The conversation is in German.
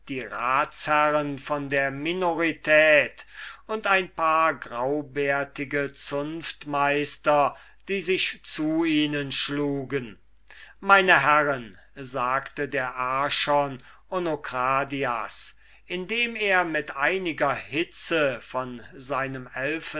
die ratsherren von der minorität und ein paar graubärtige zunftmeister die sich zu ihnen schlugen meine herren sagte der archon onokradias indem er mit einiger hitze von seinem